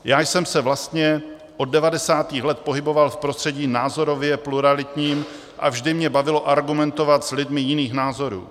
Já jsem se vlastně od 90. let pohyboval v prostředí názorově pluralitním a vždy mě bavilo argumentovat s lidmi jiných názorů.